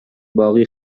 باقی